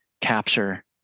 capture